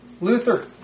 Luther